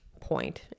point